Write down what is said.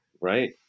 Right